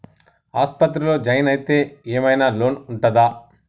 ఆస్పత్రి లో జాయిన్ అయితే ఏం ఐనా లోన్ ఉంటదా?